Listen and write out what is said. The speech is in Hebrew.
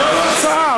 לא הרצאה.